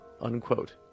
Unquote